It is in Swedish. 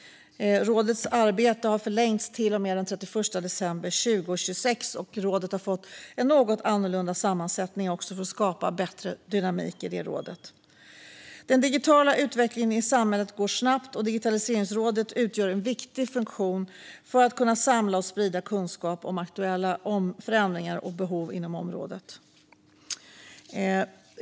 Rådets arbete har förlängts till och med den 31 december 2026. Rådet har fått en något annorlunda sammansättning för att skapa bättre dynamik inom rådet. Den digitala utvecklingen i samhället går snabbt, och Digitaliseringsrådet utgör en viktig funktion för att kunna samla och sprida kunskap om aktuella förändringar och behov inom området.